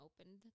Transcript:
opened